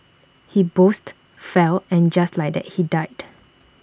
he boozed fell and just like that he died